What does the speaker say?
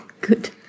good